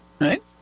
Right